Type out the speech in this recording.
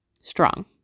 strong